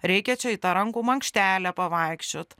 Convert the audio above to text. reikia čia į tą rankų mankštelę pavaikščiot